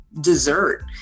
dessert